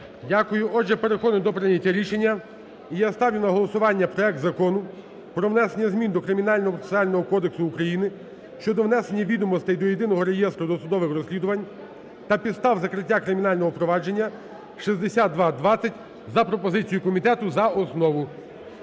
Дякую. Отже, переходимо до прийняття рішення. І я ставлю на голосування проект Закону про внесення змін до Кримінального процесуального кодексу України щодо внесення відомостей до Єдиного реєстру досудових розслідувань та підстав закриття кримінального провадження (6220), за пропозицією комітету, за основу.